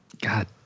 god